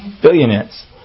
billionaires